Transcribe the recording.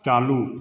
चालू